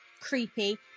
creepy